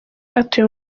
atuye